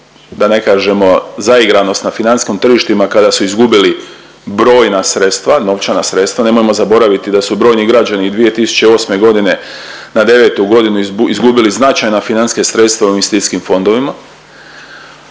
da ne kažemo zaigranost na financijskom tržištima kada su izgubili brojna sredstva, novčana sredstva, nemojmo zaboraviti da su brojni građani i 2008.g. na '9.-tu godinu izgubili značajna financijska sredstva u investicijskim fondovima,